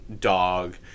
dog